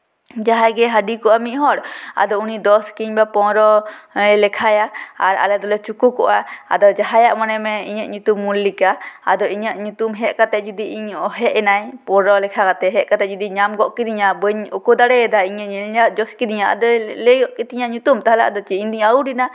ᱡᱟᱦᱟᱸᱭ ᱜᱮ ᱦᱟᱹᱰᱤ ᱠᱚᱜᱼᱟᱭ ᱢᱤᱫ ᱦᱚᱲ ᱟᱫᱚ ᱩᱱᱤ ᱫᱚᱥ ᱠᱤᱝᱵᱟ ᱯᱚᱱᱨᱚᱭ ᱞᱮᱠᱷᱟᱭᱟ ᱟᱨ ᱟᱞᱮ ᱫᱚᱞᱮ ᱪᱩᱠᱩ ᱠᱚᱜᱼᱟ ᱟᱫᱚ ᱡᱟᱦᱟᱸᱭᱟᱜ ᱢᱚᱱᱮ ᱢᱮ ᱤᱧᱟᱹᱜ ᱧᱩᱛᱩᱢ ᱢᱚᱞᱞᱤᱠᱟ ᱟᱫᱚ ᱤᱧᱟᱹᱜ ᱧᱩᱛᱩᱢ ᱦᱮᱡ ᱠᱟᱛᱮ ᱡᱩᱫᱤ ᱦᱮᱡ ᱮᱱᱟᱭ ᱯᱚᱱᱨᱚ ᱞᱮᱠᱷᱟ ᱠᱟᱛᱮ ᱦᱮᱡ ᱠᱟᱛᱮ ᱡᱩᱫᱤ ᱧᱟᱢ ᱜᱚᱫ ᱠᱤᱫᱤᱧᱟᱭ ᱵᱟᱹᱧ ᱩᱠᱩ ᱫᱟᱲᱮᱭᱟᱫᱟ ᱤᱧᱤᱧ ᱧᱮᱞᱧᱟᱢ ᱡᱚᱥ ᱠᱤᱫᱤᱧᱟᱭ ᱟᱫᱚ ᱞᱟᱹᱭ ᱜᱚᱫ ᱠᱮᱫ ᱛᱤᱧᱟᱹᱭ ᱧᱩᱛᱩᱢ ᱛᱟᱦᱞᱮ ᱟᱫᱚ ᱪᱮᱫ ᱤᱧ ᱫᱩᱧ ᱟᱣᱩᱴᱮᱱᱟ